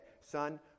son